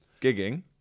gigging